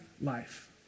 life